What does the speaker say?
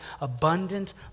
abundant